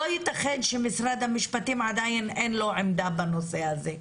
לא ייתכן שלמשרד המשפטים עדיין אין עמדה בנושא הזה.